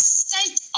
state